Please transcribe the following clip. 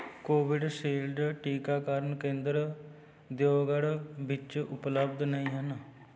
Covishield ਟੀਕਾਕਰਨ ਕੇਂਦਰ ਦਿਓਗੜ ਵਿੱਚ ਉਪਲੱਬਧ ਨਹੀ ਹਨ